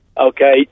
Okay